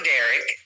Derek